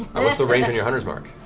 matt what's the range on yeah hunter's mark?